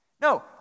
No